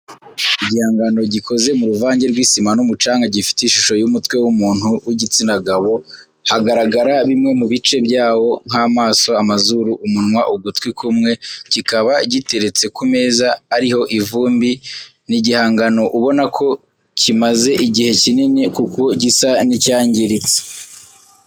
Igihangano gikoze mu ruvange rw'isima n'umucanga gifite ishusho y'umutwe w'umuntu w'igitsina gabo hagaragara bimwe mu bice byawo nk'amaso amazuru, umunwa ugutwi kumwe kikaba giteretse ku meza ariho ivumbi ni igihangano ubona ko kimaze igihe kinini kuko gisa n'icyangiritse.